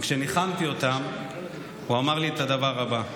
כשניחמתי אותם הוא אמר לי את הדבר הבא,